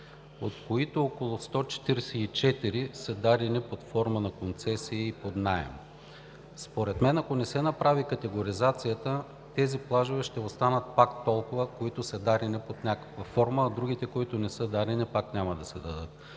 от които около 144 са дадени под форма на концесии и под наем. Според мен, ако не се направи категоризацията, тези плажове ще останат пак толкова, които са дадени под някаква форма, а другите, които не са дадени, пак няма да се дадат.